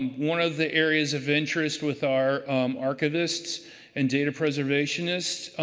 one of the areas of interest with our archivists and data preservationist